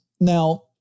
Now